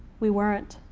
we weren't.